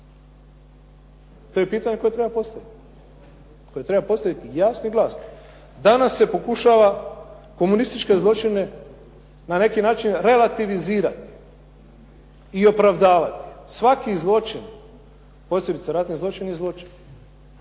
To je pitanje koje treba postaviti jasno i glasno. Danas se pokušava komunističke zločine na neki način relativizirati i opravdavati. Svaki zločin, posebice ratni zločin je zločin.